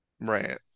right